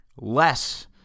Less